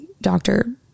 doctor